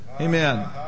Amen